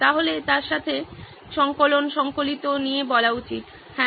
তাহলে তার এর সাথে সংকলন সংকলিত নিয়ে বলা উচিত হ্যাঁ